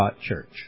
church